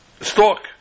Stalk